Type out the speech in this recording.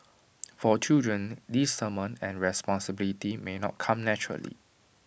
for children discernment and responsibility may not come naturally